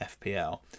FPL